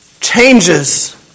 changes